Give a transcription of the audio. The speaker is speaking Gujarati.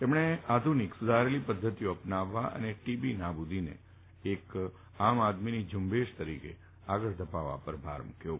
તેમણે આધુનિક સુધારેલી પધ્ધતિઓ અપનાવવા અને ટી બી નાબુદીને એક ઝુંબેશ તરીકે આગળ ધપાવવા પર ભાર મુકથો હતો